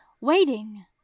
waiting